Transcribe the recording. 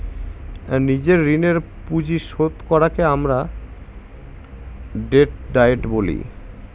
নিজের ঋণের পুঁজি শোধ করাকে আমরা ডেট ডায়েট বলি